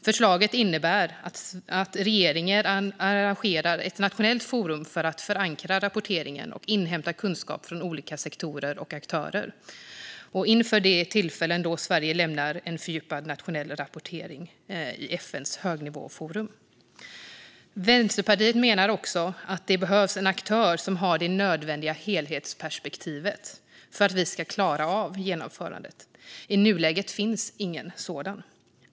Förslaget innebär att regeringen arrangerar ett nationellt forum för att förankra rapporteringen och inhämta kunskap från olika sektorer och aktörer inför de tillfällen då Sverige lämnar en fördjupad nationell rapportering till FN:s högnivåforum. Vänsterpartiet menar också att det behövs en aktör som har det nödvändiga helhetsperspektivet för att vi ska klara genomförandet. I nuläget finns ingen sådan.